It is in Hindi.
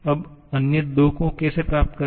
अब अन्य दो को कैसे प्राप्त करें